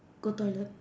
go toilet